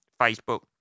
Facebook